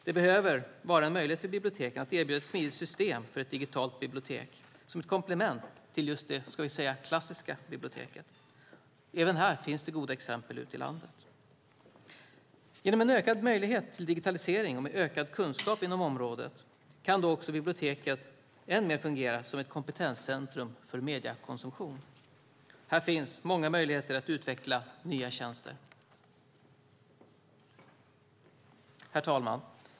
Det behöver vara möjligt för biblioteken att erbjuda ett smidigt system för ett digitalt bibliotek som ett komplement till det ska vi säga klassiska biblioteket. Även här finns det goda exempel ute i landet. Genom en ökad möjlighet till digitalisering och med ökad kunskap inom området kan då också biblioteket än mer fungera som ett kompetenscentrum för mediekonsumtion. Här finns många möjligheter att utveckla nya tjänster. Herr talman!